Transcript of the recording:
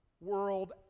world